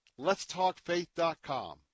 letstalkfaith.com